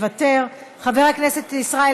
חבר הכנסת סאלח סעד,